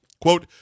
Quote